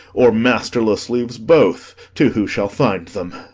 or masterless leaves both to who shall find them.